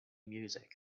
music